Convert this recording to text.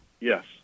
Yes